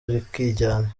rikijyana